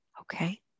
Okay